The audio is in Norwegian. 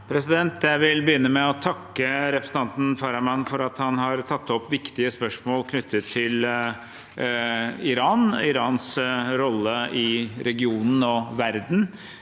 Jeg vil begynne med å takke representanten Farahmand for at han har tatt opp viktige spørsmål knyttet til Iran, Irans rolle i regionen og verden